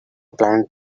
plant